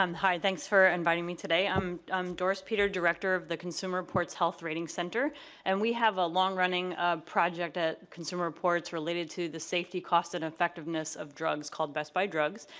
um hi thanks for inviting me today. i'm doris peter director of the consumer reports health rating center and we have a long-running project at consumer reports related to the safety, cost, and effectiveness of drugs called best buy drugs,